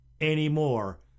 anymore